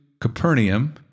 Capernaum